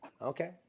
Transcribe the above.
Okay